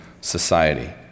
society